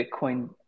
Bitcoin